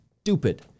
stupid